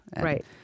Right